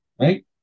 right